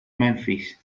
memphis